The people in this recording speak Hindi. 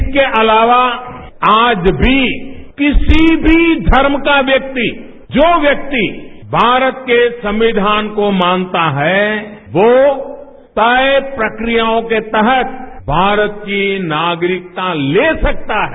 इसके अलावा आज भी किसी भी धर्म का व्यक्ति जो व्यक्ति भारत के संविधान को मानता है वो तय प्रक्रियाओं को तहत भारत की नागरिकता ले सकता है